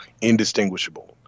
indistinguishable